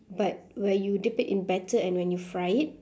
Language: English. but where you dip it in batter and when you fry it